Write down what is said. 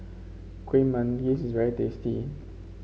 Kuih Manggis is very tasty